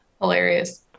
Hilarious